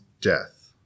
death